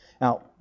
Now